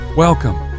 Welcome